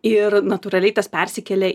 ir natūraliai tas persikėlė